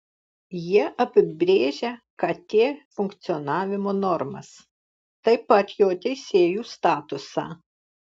jie apibrėžia kt funkcionavimo normas taip pat jo teisėjų statusą